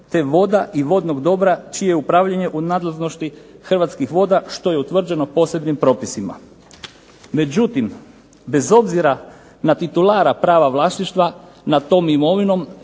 te voda i vodnog dobra čije je upravljanje u nadležnosti Hrvatskih voda što je utvrđeno posebnim propisima. Međutim, bez obzira na titulara prava vlasništva nad tom imovinom